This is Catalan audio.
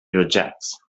jutjats